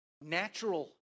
natural